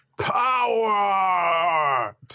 power